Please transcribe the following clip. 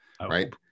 right